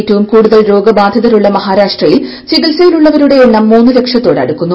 ഏറ്റവും കൂടുതൽ രോഗബാധിതരുള്ള മഹാരാഷ്ട്രയിൽ ചികിത്സയിൽ ഉള്ളവരുടെ എണ്ണം മൂന്നു ലക്ഷത്തോട് അടുക്കുന്നു